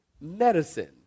medicine